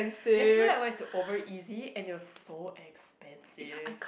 yesterday I went to Over Easy and it was so expensive